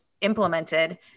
implemented